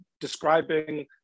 describing